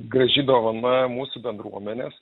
graži dovana mūsų bendruomenės